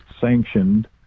sanctioned